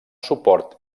suport